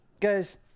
Guys